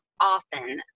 often